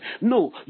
No